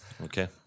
Okay